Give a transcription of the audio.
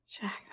jack